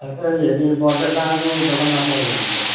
আচ্ছা হেৰি বৰপেটা আৰু জগন্নাথৰ হেৰিটো